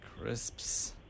Crisps